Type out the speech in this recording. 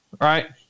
right